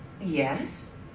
yes